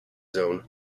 zone